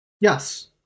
Yes